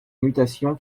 mutation